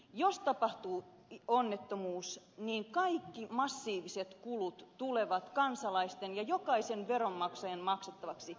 jos tapahtuu onnettomuus niin kaikki massiiviset kulut tulevat kansalaisten ja jokaisen veronmaksajan maksettavaksi